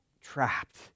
trapped